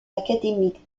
académiques